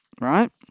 right